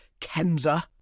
Kenza